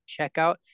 checkout